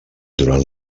durant